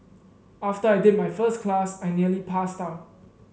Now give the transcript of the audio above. after I did my first class I nearly passed out